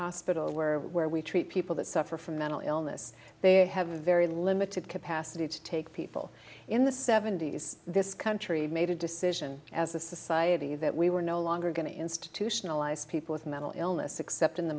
hospital where where we treat people that suffer from mental illness they have a very limited capacity to take people in the seventy's this country made a decision as a society that we were no longer going to institutionalize people with mental illness except in the